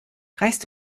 reichst